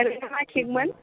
ओरैनो मा केक मोन